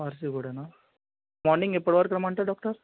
RC గూడానా morning ఎప్పటివరకు రమ్మంటారు డాక్టర్